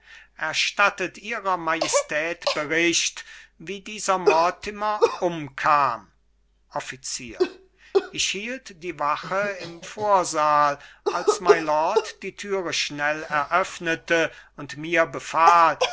erstattet ihrer majestät bericht wie dieser mortimer umkam offizier ich hielt die wache im vorsaal als mylord die türe schnell eröffnete und mir befahl